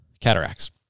cataracts